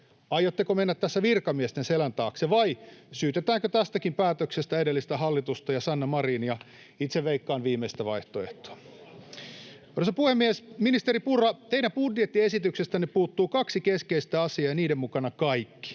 Aiotteko mennä tässä virkamiesten selän taakse, vai syytetäänkö tästäkin päätöksestä edellistä hallitusta ja Sanna Marinia? Itse veikkaan viimeistä vaihtoehtoa. [Naurua sosiaalidemokraattien ryhmästä] Arvoisa puhemies! Ministeri Purra, teidän budjettiesityksestänne puuttuu kaksi keskeistä asiaa ja niiden mukana kaikki: